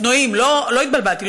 לא התבלבלתי,